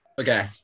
Okay